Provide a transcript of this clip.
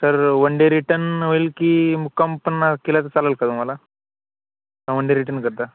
sir one day return होईल की मुक्काम पण केला तर चालेल का तुम्हाला का वन डे रिटन करता